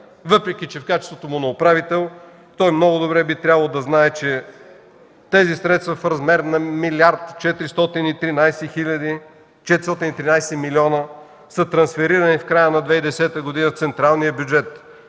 въпреки че в качеството му на управител той много добре би трябвало да знае, че тези средства в размер на милиард и 413 милиона са трансферирани в края на 2010 г. в централния бюджет